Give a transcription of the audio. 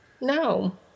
No